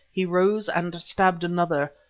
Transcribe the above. he rose and stabbed another,